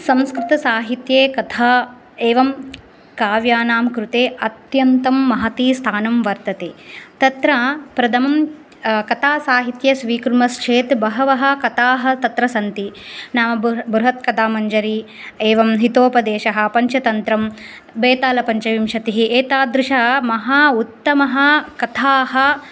संस्कृतसाहित्ये कथा एवं काव्यानां कृते अत्यन्तं महती स्थानं वर्तते तत्र प्रथमं कथासाहित्ये स्वीकुर्मश्चेत् बहवः कथाः तत्र सन्ति ना नाम बृह बृहत्कथामञ्जरी एवं हितोपदेशः पञ्चतन्त्रं वेतालपञ्चविंशतिः एतादृश महा उत्तमः कथाः